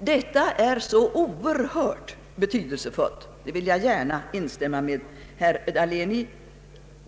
Detta är oerhört betydelsefullt, det vill jag gärna instämma med herr Dahlén i.